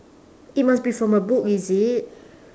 it must be from a book is it